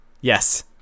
Yes